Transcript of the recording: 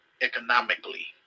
economically